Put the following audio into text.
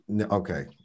okay